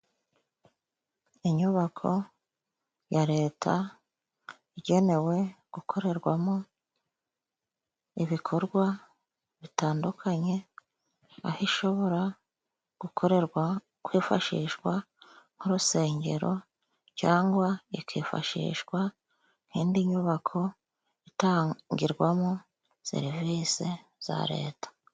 Inyubako ya leta igenewe gukorerwamo ibikorwa bitandukanye aho ishobora gukorerwa, kwifashishwa nk'urusengero cyangwa i ikifashishwa nk'indi nyubako itangirwamo serivisi za leta.